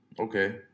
Okay